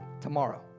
Tomorrow